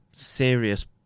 serious